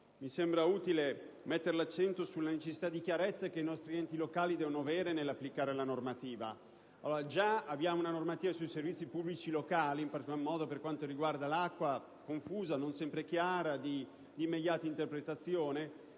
mi sembra utile porre l'accento sulla necessità della chiarezza di cui i nostri enti locali devono disporre nell'applicare la normativa. Già abbiamo una normativa sui servizi pubblici locali, in particolar modo per quanto riguarda l'acqua, confusa, non sempre chiara e di non immediata interpretazione;